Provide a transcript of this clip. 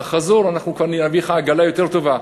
בחזור אנחנו כבר נביא לך עגלה יותר טובה.